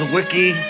Wiki